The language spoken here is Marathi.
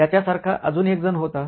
त्याच्या सारखा अजून एक जण होता